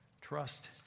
trust